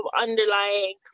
underlying